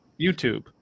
YouTube